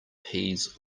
peas